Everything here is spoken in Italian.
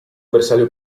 bersaglio